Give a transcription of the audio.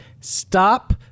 stop